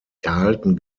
erhalten